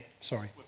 sorry